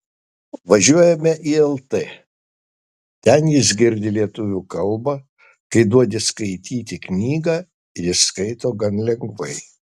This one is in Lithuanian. važiuojame į lt ten jis girdi lietuvių kalbą kai duodi skaityti knygą jis skaito gan lengvai